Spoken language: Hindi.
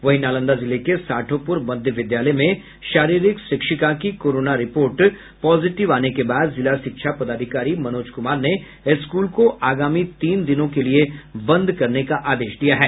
वहीं नालंदा जिले के साठोपुर मध्य विद्यालय में शारीरिक शिक्षिका की कोरोना रिपोर्ट पॉजिटिव आने के बाद जिला शिक्षा पदाधिकारी मनोज कुमार ने स्कूल को आगामी तीन दिनों के लिये बंद करने का आदेश दिया है